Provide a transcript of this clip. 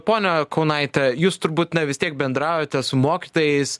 pone kaunaite jūs turbūt na vis tiek bendraujate su mokytojais